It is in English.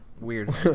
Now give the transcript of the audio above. Weird